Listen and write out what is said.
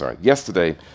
yesterday